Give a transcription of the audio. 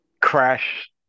crash